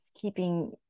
keeping